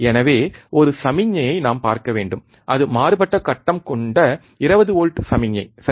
எனவே ஒரு சமிக்ஞையை நாம் பார்க்க வேண்டும் அது மாறுபட்ட கட்டம் கொண்ட 20 வோல்ட் சமிக்ஞை சரி